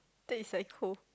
that is like cold